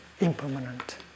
impermanent